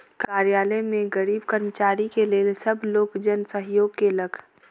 कार्यालय में गरीब कर्मचारी के लेल सब लोकजन सहयोग केलक